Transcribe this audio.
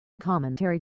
Commentary